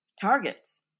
Targets